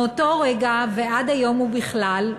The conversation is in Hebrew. מאותו רגע ועד היום ובכלל,